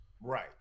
Right